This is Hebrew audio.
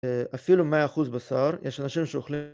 אפילו מאה אחוז בשר, יש אנשים שאוכלים...